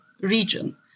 region